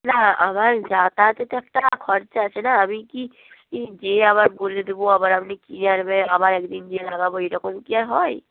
না আমার যাতায়াতে তো একটা খরচা আছে না আমি কি ই যেয়ে আপনার বলে দেবো আবার আপনি কিনে আনবেন আবার এক দিন যেয়ে লাগাবো এই রকম কী আর হয়